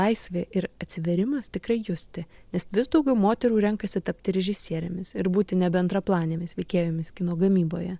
laisvė ir atsivėrimas tikrai justi nes vis daugiau moterų renkasi tapti režisierėmis ir būti nebendraplanėmis veikėjomis kino gamyboje